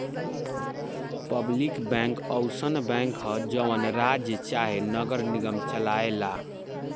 public bank अउसन bank ह जवन राज्य चाहे नगर निगम चलाए ला